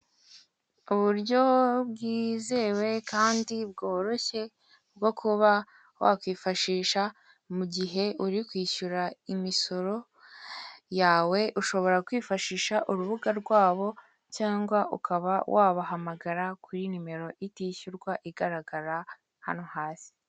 Uburyo bwizewe kandi bworoshye, bwo kuba wakifashisha mugihe uri kwishyura imisoro, yawe ushobora kwifashisha urubuga rwa bo cyangwa ukaba wabahamagara kuri nimero itishyurwa igaragara hano hasi.